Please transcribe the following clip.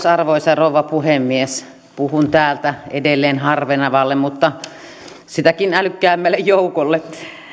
arvoisa rouva puhemies puhun täältä edelleen harvenevalle mutta sitäkin älykkäämmälle joukolle